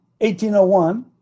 1801